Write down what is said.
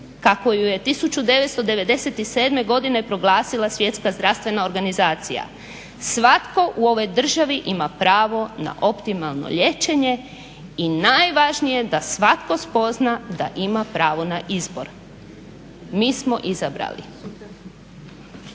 kako ju je 1997. godine proglasila Svjetska zdravstvena organizacija. Svatko u ovoj državi ima pravo na optimalno liječenje i najvažnije je da svatko spozna da ima pravo na izbor. Mi smo izabrali.